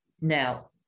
Now